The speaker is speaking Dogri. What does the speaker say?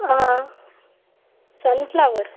हां सनफलावर